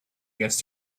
against